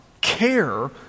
care